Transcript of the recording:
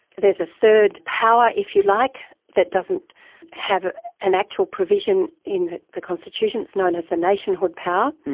there's a third power, if you like, that doesn't have an actual provision in the the constitution, it's known as the nationhood power,